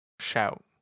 shout